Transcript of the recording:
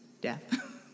death